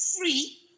free